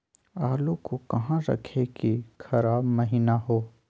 आलू को कहां रखे की खराब महिना हो?